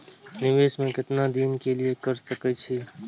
निवेश में केतना दिन के लिए कर सके छीय?